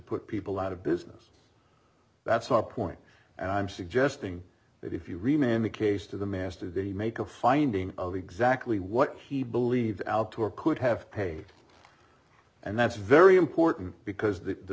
put people out of business that's our point and i'm suggesting that if you remain in the case to the master they make a finding of exactly what he believes al gore could have paid and that's very important because the